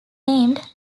named